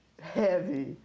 Heavy